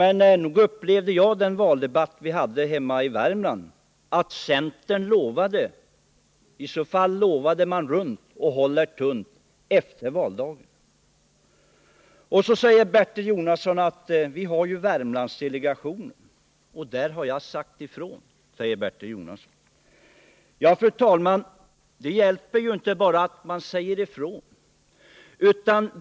Men nog uppfattade jag den valdebatt vi hade hemma i Värmland så att centern lovade. I så fall lovade man runt — och håller tunt efter valdagen. Vidare hänvisade Bertil Jonasson till Värmlandsdelegationen och sade att han där sagt ifrån. Men, fru talman, det räcker ju inte med att man bara säger ifrån.